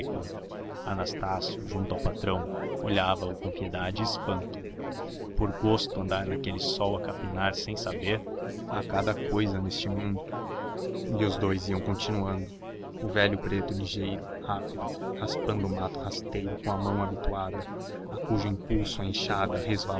agrícola anastácio junto ao patrão olhava-o com piedade e espanto por gosto andar naquele sol a capinar sem saber há cada cousa neste mundo e os dous iam continuando o velho preto ligeiro rápido raspando o mato rasteiro com a mão habituada a cujo impulso a enxada